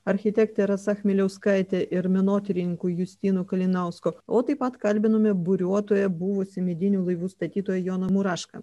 architekt rasa chmieliauskaite ir menotyrininku justinu kalinausku o taip pat kalbinome buriuotoją buvusį medinių laivų statytoją joną murašką